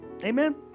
Amen